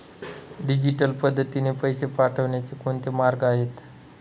Digital पद्धतीने पैसे पाठवण्याचे कोणते मार्ग आहेत?